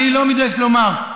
אני לא מתבייש לומר,